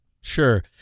Sure